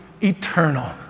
eternal